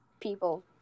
people –